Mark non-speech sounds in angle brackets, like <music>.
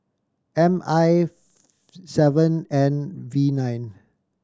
M I <unintelligible> seven N V nine